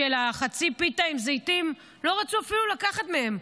חצי הפיתה עם זיתים לא רצו לקחת מהם.